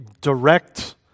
direct